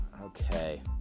okay